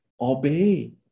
obey